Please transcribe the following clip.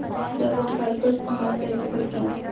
Debit card को इस्तेमाल कैसे करते हैं?